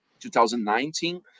2019